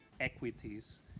equities